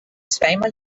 zweimal